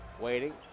Waiting